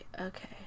okay